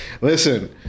Listen